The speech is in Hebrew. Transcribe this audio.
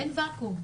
אין ואקום.